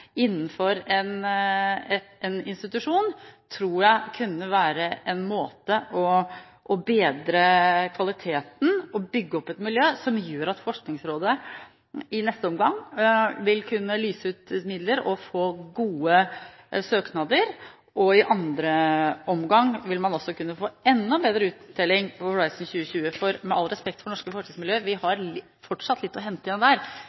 innenfor én institusjon tror jeg kunne være en måte å bedre kvaliteten og bygge opp et miljø på som gjør at Forskningsrådet i neste omgang vil kunne lyse ut midler og få gode søknader. I andre omgang vil man også kunne få enda bedre uttelling på Horisont 2020. Og med all respekt for norske forskningsmiljøer: Vi har fortsatt litt igjen å hente der